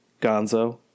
Gonzo